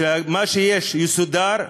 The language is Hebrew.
שמה שיש יסודר,